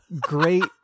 great